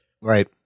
Right